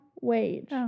wage